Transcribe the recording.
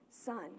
Son